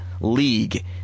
league